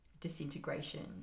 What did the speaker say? disintegration